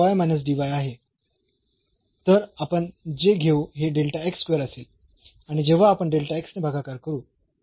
तर आपण जे घेऊ हे असेल आणि जेव्हा आपण ने भागाकार करू